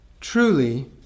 truly